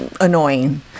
annoying